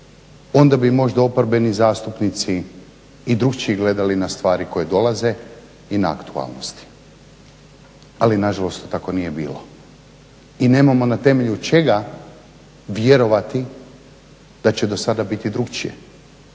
onda bi možda oporbeni zastupnici i drukčije gledali na stvari koje dolaze i na aktualnosti. Ali na žalost to tako nije bilo i nemamo na temelju čega vjerovati da će do sada biti drukčije.